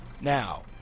Now